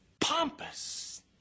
pompous